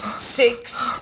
six,